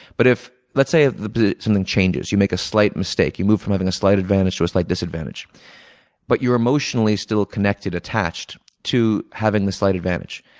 but if, let's say ah the the something changes. you make a slight mistake. you move from having a slight advantage to slight disadvantage but you're emotionally still connected or attached to having the slight advantage.